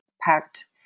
packed